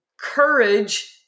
courage